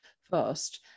first